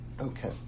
Okay